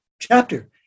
Chapter